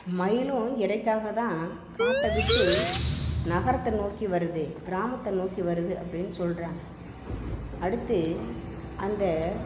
மயிலும் இரைக்காக தான் காட்டை விட்டு நகரத்தை நோக்கி வருது கிராமத்தை நோக்கி வருது அப்படின்னு சொல்லுறாங்க அடுத்து அந்த